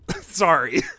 Sorry